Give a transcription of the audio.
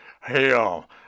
hell